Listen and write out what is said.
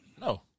No